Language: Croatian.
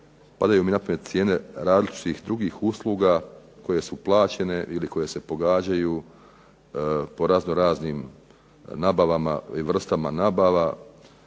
padaju na pamet različite cijene različitih drugih usluga koje su plaćene ili koje se pogađaju po razno-raznim nabavama i vrstama nabava